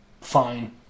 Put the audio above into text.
fine